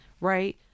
right